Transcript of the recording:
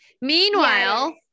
meanwhile